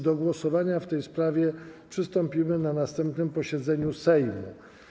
Do głosowania w tej sprawie przystąpimy na następnym posiedzeniu Sejmu.